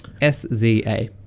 S-Z-A